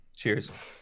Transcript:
Cheers